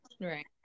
Right